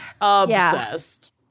Obsessed